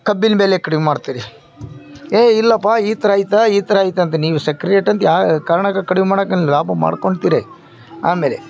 ಕಬ್ಬಿನ ಬೆಲೆ ಕಡಿಮೆ ಮಾಡ್ತೀರಿ ಏ ಇಲ್ಲಪ್ಪ ಈ ಥರ ಐತೆ ಈ ಥರ ಐತೆ ಅಂತ ನೀವು ಸಕ್ರೇಟ್ ಅಂತ ಯಾವ ಕಾರ್ಣಗೂ ಕಡಿಮೆ ಮಾಡೋಂಗಿಲ್ಲ ಲಾಭ ಮಾಡ್ಕೊತಿರಿ ಆಮೇಲೆ